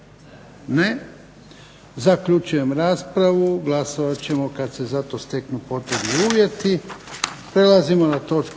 Ne. Zaključujem raspravu. Glasovat ćemo kada se za to steknu potrebni uvjeti.